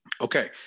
Okay